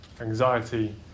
anxiety